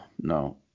no